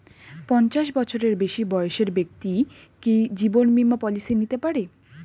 পঞ্চাশ বছরের বেশি বয়সের ব্যক্তি কি জীবন বীমা পলিসি নিতে পারে?